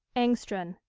engstrand.